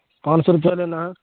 پانچ سو روپیہ دینا ہے